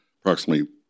approximately